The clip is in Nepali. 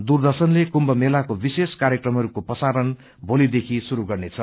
दूरदर्शनले कुम्भ मेलको विशेष कार्यक्रमहरूको प्रसारण भोली देखि शुरू गर्नेछ